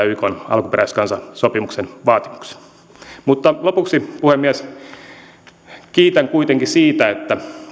ykn alkuperäiskansan sopimuksen vaatimuksen mutta lopuksi puhemies kiitän kuitenkin siitä